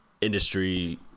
industry